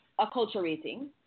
acculturating